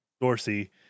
Dorsey